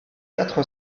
quatre